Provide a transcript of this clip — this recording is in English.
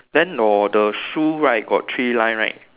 then your the shoe right got three line right